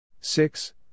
six